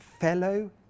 fellow